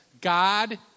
God